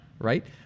right